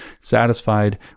satisfied